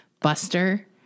buster